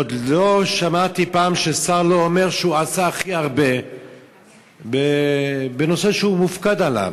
עוד לא שמעתי פעם ששר לא אומר שהוא עשה הכי הרבה בנושא שהוא מופקד עליו.